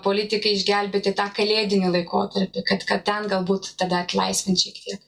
politikai išgelbėti tą kalėdinį laikotarpį kad kad ten galbūt tada atlaisvint šiek tiek